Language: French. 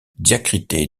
diacritée